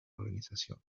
organización